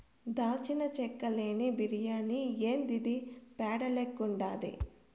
దాల్చిన చెక్క లేని బిర్యాని యాందిది పేడ లెక్కుండాది